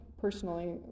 personally